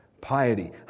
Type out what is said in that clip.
piety